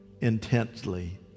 intensely